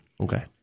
Okay